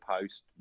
post